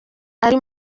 ari